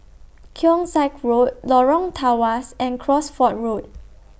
Keong Saik Road Lorong Tawas and Cosford Road